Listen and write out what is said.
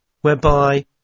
whereby